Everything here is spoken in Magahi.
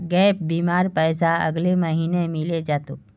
गैप बीमार पैसा अगले महीने मिले जा तोक